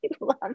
love